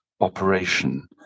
operation